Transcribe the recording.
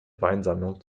weinsammlung